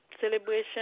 celebration